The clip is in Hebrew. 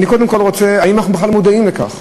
אני קודם כול רוצה, האם אנחנו בכלל מודעים לכך?